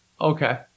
Okay